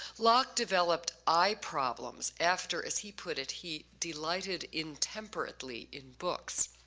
locke developed eye problems after, as he put it, he delighted intemperately in books.